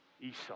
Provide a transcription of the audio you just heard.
Esau